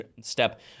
step